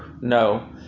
No